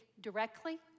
directly